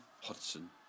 Hudson